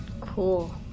Cool